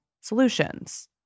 solutions